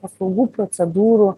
paslaugų procedūrų